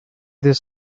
this